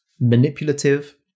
manipulative